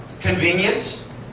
convenience